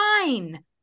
Fine